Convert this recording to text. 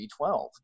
B12